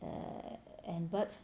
err and but